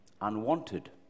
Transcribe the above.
Unwanted